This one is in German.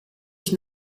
ich